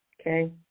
okay